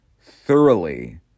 thoroughly